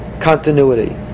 continuity